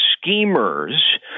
schemers